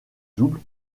double